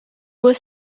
was